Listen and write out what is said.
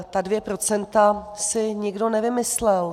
Ta 2 % si nikdo nevymyslel.